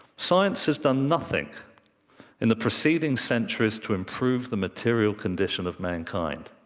science has done nothing in the preceding centuries to improve the material condition of mankind.